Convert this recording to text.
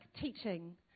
teaching